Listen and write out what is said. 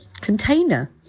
container